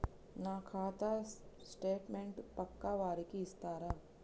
నా ఖాతా స్టేట్మెంట్ పక్కా వారికి ఇస్తరా?